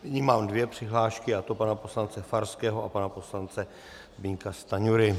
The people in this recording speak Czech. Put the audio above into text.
Nyní mám dvě přihlášky, a to pana poslance Farského a pana poslance Zbyňka Stanjury.